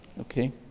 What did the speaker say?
Okay